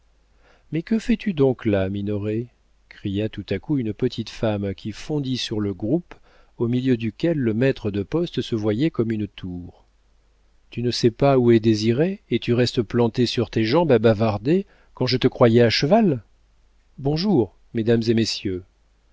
mais que fais-tu donc là minoret cria tout à coup une petite femme qui fondit sur le groupe au milieu duquel le maître de poste se voyait comme une tour tu ne sais pas où est désiré et tu restes planté sur tes jambes à bavarder quand je te croyais à cheval bonjour mesdames et messieurs